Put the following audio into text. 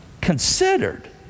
Considered